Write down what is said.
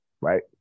right